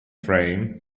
frame